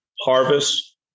harvest